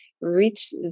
reach